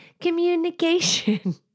communication